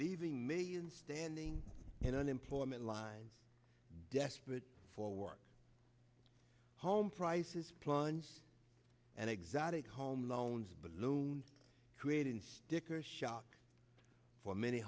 leaving millions standing in unemployment lines desperate for work home prices plunged and exotic home loans balloons created sticker shock for many